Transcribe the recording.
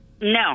No